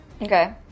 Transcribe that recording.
Okay